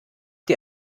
dir